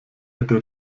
hätte